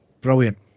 brilliant